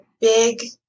big